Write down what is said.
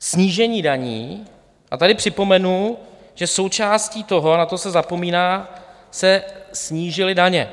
Snížení daní a tady připomenu, že součástí toho, a na to se zapomíná, se snížily daně.